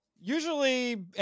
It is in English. Usually